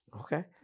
Okay